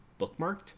bookmarked